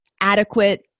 adequate